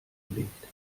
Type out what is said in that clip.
gelegt